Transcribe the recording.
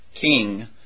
king